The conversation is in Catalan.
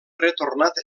retornat